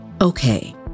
Okay